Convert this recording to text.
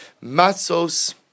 Matzos